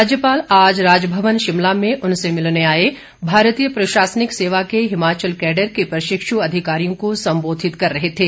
राज्यपाल आज राजभवन शिमला में उनसे मिलने आए भारतीय प्रशासनिक सेवा के हिमाचल कैडर के प्रशिक्षु अधिकारियों को सम्बोधित कर रहे थे